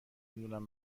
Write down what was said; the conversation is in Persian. میدونم